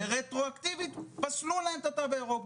ורטרואקטיבית פסלו להם את התו הירוק.